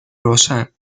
روشن